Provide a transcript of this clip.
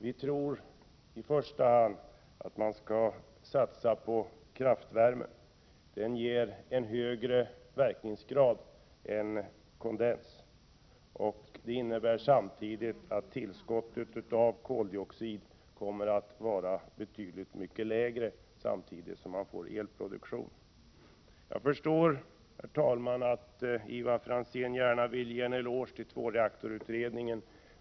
Vi tror att man i första hand skall satsa på kraftvärme. Den ger högre verkningsgrad än kondens. Det innebär samtidigt att tillskottet av koldioxid blir betydligt mycket lägre, samtidigt som man får en elproduktion. Herr talman! Jag förstår att Ivar Franzén gärna vill ge en eloge till tvåreaktorsutredningen.